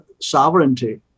sovereignty